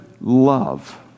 love